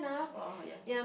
oh ah ya